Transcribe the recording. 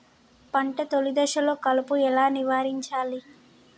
పంట తొలి దశలో కలుపు ఎలా నివారించాలి?